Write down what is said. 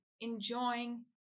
enjoying